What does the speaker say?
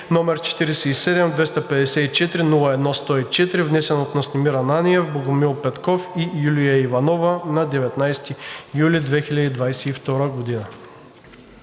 № 47-254-01-104, внесен от Настимир Ананиев, Богомил Петков и Юлия Иванова на 19 юли 2022 г.“